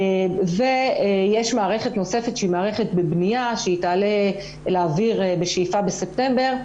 ויש מערכת נוספת שהיא מערכת בבנייה שתעלה לאוויר בשאיפה בספטמבר,